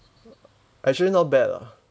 actually not bad lah